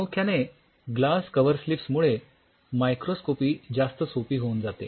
प्रामुख्याने glass coverslips मुळे microscopy जास्त सोपी होऊन जाते